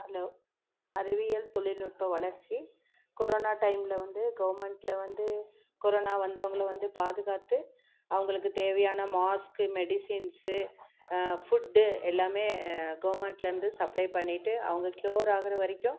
hello அறிவியல் தொழில்நுட்பம் வளர்ச்சி கொரோனா டைமில் வந்து கவர்மெண்ட்டில் வந்து கொரோனா வந்தவங்கள வந்து பாதுகாத்து அவங்களுக்கு தேவையான மாஸ்க்கு மெடிஸுன்ஸு ஃபுட்டு எல்லாமே கவமெண்ட்டில் வந்து சப்ளே பண்ணிவிட்டு அவங்க கியூர் ஆகிற வரைக்கும்